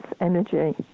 energy